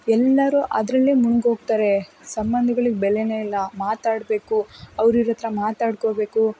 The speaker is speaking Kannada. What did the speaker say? ಎಲ್ಲರೂ ಅದರಲ್ಲೇ ಮುಳ್ಗೋಗ್ತಾರೆ ಸಂಬಂಧಗಳಿಗೆ ಬೆಲೆನೇ ಇಲ್ಲ ಮಾತಾಡಬೇಕು ಅವ್ರ್ರಿವ್ರ್ರತ್ರ ಮಾತಾಡ್ಕೊಬೇಕು